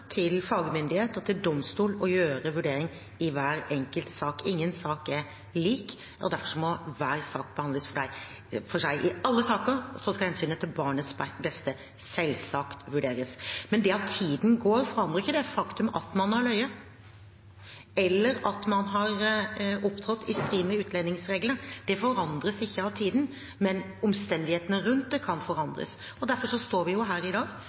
til domstol å gjøre en vurdering i hver enkelt sak. Ingen sak er lik, og derfor må hver sak behandles for seg. I alle saker skal hensynet til barnets beste selvsagt vurderes. Men det at tiden går, forandrer ikke det faktum at man har løyet, eller at man har opptrådt i strid med utlendingsreglene. Det forandres ikke av tiden, men omstendighetene rundt det kan forandres. Derfor står vi jo her i dag